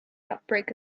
outbreak